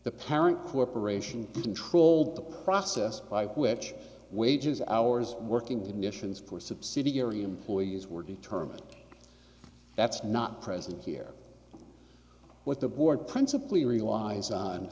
the parent corporation controlled the process by which wages hours working conditions for subsidiary employees were determined that's not present here what the board principally relies on